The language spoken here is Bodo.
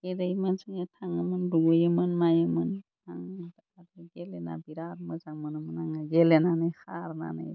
जेरै मानसिआ थाङोमोन दुगैयोमोन मायोमोन आं गेलेना बिरात मोजां मोनोमोन आङो गेलेनानै खारनानै